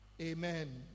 amen